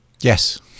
Yes